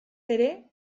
ere